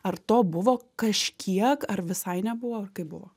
ar to buvo kažkiek ar visai nebuvo ar kaip buvo